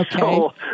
Okay